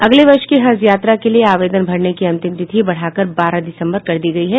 अगले वर्ष की हज यात्रा के लिये आवेदन भरने की अंतिम तिथि बढ़ाकर बारह दिसम्बर कर दी गयी है